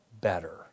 better